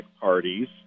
parties